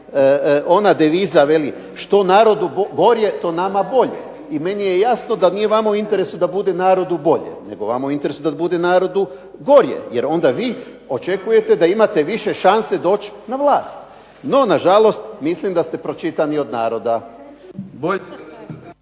veli "što narodu gorje, to nama bolje". I meni je jasno da vama nije u interesu da narodu bude bolje nego je vama u interesu da bude narodu gorje, jer onda vi očekujete da imate više šanse doći na vlast. NO na žalost, mislim da ste pročitani od naroda.